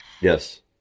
Yes